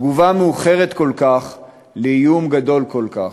תגובה מאוחרת כל כך לאיום גדול כל כך?